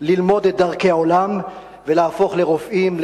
ללמוד את דרכי העולם ולהפוך לרופאים,